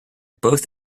both